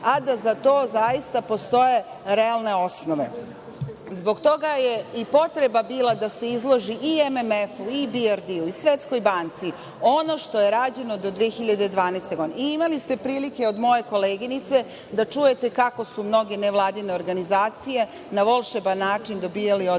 a da za to zaista postoje realne osnove. Zbog toga je i potreba bila da se izloži i MMF-u, i Dijardiju i Svetskoj banci, ono što je rađeno do 2012. godine. Imali ste prilike, od moje koleginice, da čujete kako su mnoge nevladine organizacije na volšeban način dobijale određena